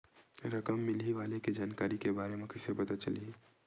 रकम मिलही वाले के जानकारी के बारे मा कइसे पता चलही?